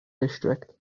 district